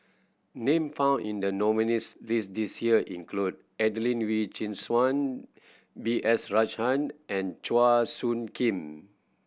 name found in the nominees' list this year include Adelene Wee Chin Suan B S Rajhan and Chua Soo Khim